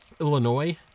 Illinois